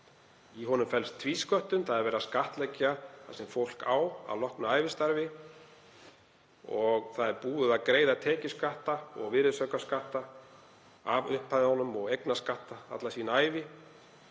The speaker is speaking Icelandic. Í honum felst tvísköttun. Það er verið að skattleggja það sem fólk á að loknu ævistarfi og það er búið að greiða tekjuskatt og virðisaukaskatt af upphæðunum og eignarskatt alla sína ævi.